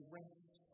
rest